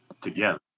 together